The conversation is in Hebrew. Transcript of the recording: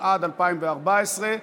התשע"ד 2014,